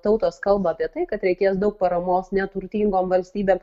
tautos kalba apie tai kad reikės daug paramos neturtingom valstybėm